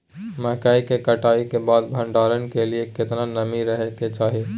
मकई के कटाई के बाद भंडारन के लिए केतना नमी रहै के चाही?